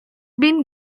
been